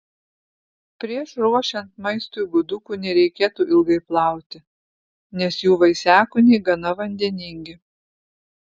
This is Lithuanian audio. prieš ruošiant maistui gudukų nereikėtų ilgai plauti nes jų vaisiakūniai gana vandeningi